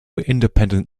independent